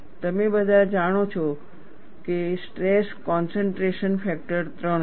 તમે બધા જાણો છો કે સ્ટ્રેસ કોન્સન્ટ્રેશન ફેક્ટર 3 છે